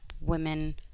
women